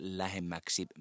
lähemmäksi